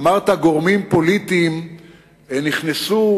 אמרת: גורמים פוליטיים נכנסו